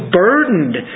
burdened